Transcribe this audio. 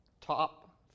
Top